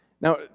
Now